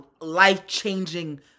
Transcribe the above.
life-changing